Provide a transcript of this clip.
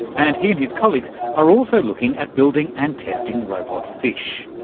and he and his colleagues are also looking at building and testing robot fish.